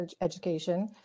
education